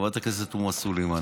חברת הכנסת תומא סלימאן.